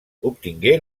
obtingué